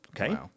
Okay